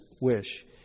wish